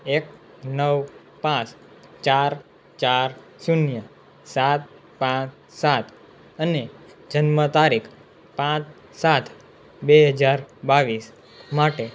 એક નવ પાંચ ચાર ચાર શૂન્ય સાત પાંચ સાત અને જન્મ તારીખ પાંચ સાત બે હજાર બાવીસ માટે